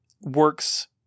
works